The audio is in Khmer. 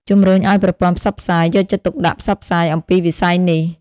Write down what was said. ជំរុញឱ្យប្រព័ន្ធផ្សព្វផ្សាយ យកចិត្តទុកដាក់ផ្សព្វផ្សាយអំពីវិស័យនេះ ។